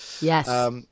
yes